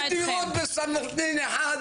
(התפרצויות של מוזמנים, כולם מדברים יחד)